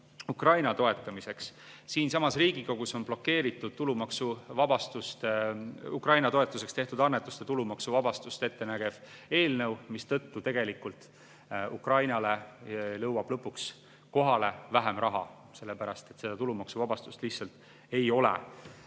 Ukraina toetamiseks. Siinsamas Riigikogus on blokeeritud Ukraina toetuseks tehtud annetuste tulumaksuvabastust ette nägev eelnõu, mistõttu tegelikult Ukrainale jõuab lõpuks kohale vähem raha, sellepärast et tulumaksuvabastust lihtsalt ei ole.